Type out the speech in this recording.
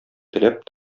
теләп